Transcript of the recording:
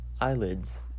eyelids